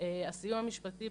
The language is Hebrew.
הסיוע המשפטי,